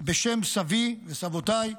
בשם סבי וסבותיי,